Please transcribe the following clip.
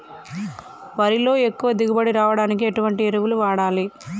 వరిలో ఎక్కువ దిగుబడి రావడానికి ఎటువంటి ఎరువులు వాడాలి?